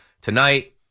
tonight